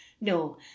no